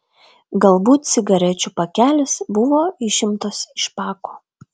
galbūt cigarečių pakelis buvo išimtas iš pako